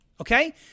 Okay